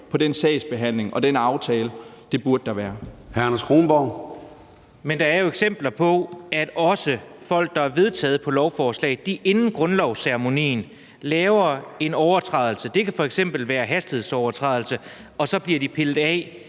Anders Kronborg. Kl. 09:56 Anders Kronborg (S): Men der er jo eksempler på, at også folk, der er på det vedtagne lovforslag, inden grundlovsceremonien laver en overtrædelse – det kan f.eks. være en hastighedsovertrædelse – og så bliver de pillet af